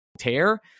tear